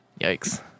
Yikes